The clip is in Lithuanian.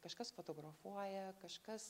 kažkas fotografuoja kažkas